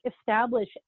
establish